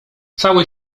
cały